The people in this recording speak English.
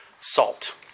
salt